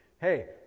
hey